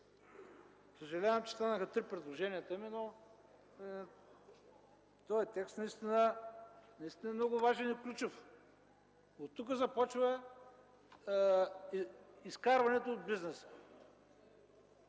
Съжалявам, че станаха три предложенията ми, но този текст наистина е много важен, ключов. Оттук започва изкарването от бизнеса.